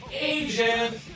Agent